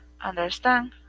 understand